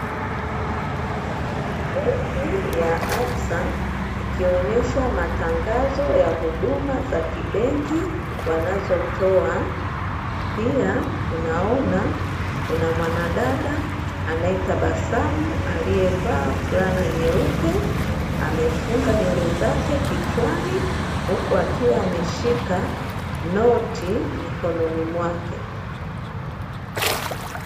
Benki ya "absa", ikionyesha matangazo ya huduma za kibenki wanazotoa, pia tunaona kuna mwanadada anayetabasamu, aliyevaa fulana nyeupe, amefunga nywele zake kichwani huku akiwa ameshika noti mikononi mwake.